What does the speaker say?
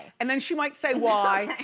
and then she might say, why?